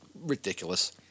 ridiculous